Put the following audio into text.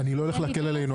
אני לא הולך להקל עלינו,